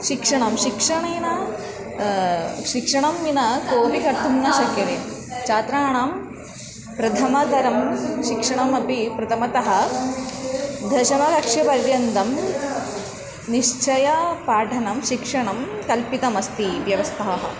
शिक्षणं शिक्षणेन शिक्षणं विना कोऽपि कर्तुं न शक्यते छात्राणां प्रथमस्तरं शिक्षणमपि प्रथमतः दशमकक्ष्यापर्यन्तं निश्चयपाठनं शिक्षणं कल्पितमस्ति व्यवस्थाः